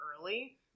early